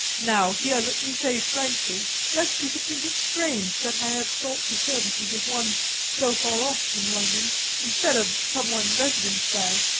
now here let me say frankly, lest you should think it strange that i have sought the services of one so far off from london instead of some one resident there,